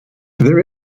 there